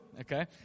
okay